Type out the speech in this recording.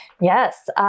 Yes